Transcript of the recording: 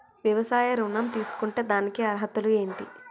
వ్యవసాయ ఋణం తీసుకుంటే దానికి అర్హతలు ఏంటి?